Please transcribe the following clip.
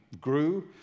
grew